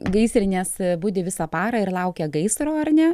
gaisrinės budi visą parą ir laukia gaisro ar ne